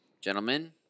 Gentlemen